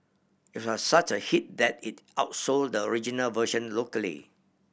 it was such a hit that it outsold the original version locally